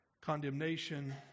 condemnation